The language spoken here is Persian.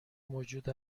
موجود